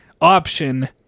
option